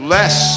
Less